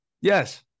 Yes